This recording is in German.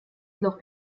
loch